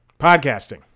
Podcasting